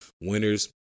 winners